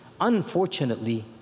unfortunately